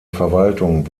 verwaltung